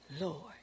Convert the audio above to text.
Lord